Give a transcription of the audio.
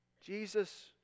Jesus